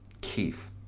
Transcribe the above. Keith